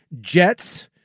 Jets